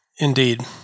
Indeed